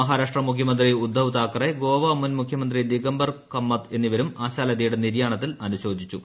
മഹാരാഷ്ട്ര മുഖ്യമന്ത്രി ഉദ്ധവ് താക്കറെ ഗോവ മുൻമുഖ്യമന്ത്രി ദിഗംബർ കമ്മത്ത് എന്നിവരും ആശാലതയുടെ നിര്യാണത്തിൽ അനുശോചിച്ചു